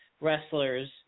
wrestlers